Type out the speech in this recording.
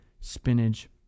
spinach